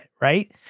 right